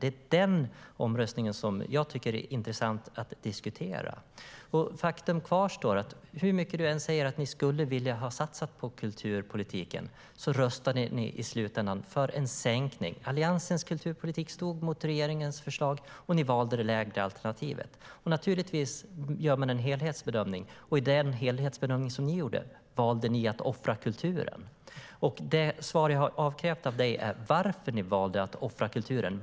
Det är den omröstningen som jag tycker är intressant att diskutera. Faktum kvarstår: Hur mycket du än säger att ni skulle ha velat satsa på kulturpolitiken röstade ni i slutändan för en sänkning, Aron Emilsson. Alliansens kulturpolitik stod mot regeringens förslag, och ni valde det lägre alternativet. Naturligtvis gör man en helhetsbedömning. I den helhetsbedömning ni gjorde valde ni att offra kulturen. De svar jag har krävt av dig är på frågorna: Varför valde ni att offra kulturen?